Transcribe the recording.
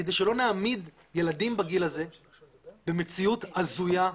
וכדי שלא נעמיד ילדים בגיל הזה במציאות הזויה,